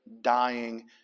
dying